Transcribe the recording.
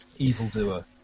evildoer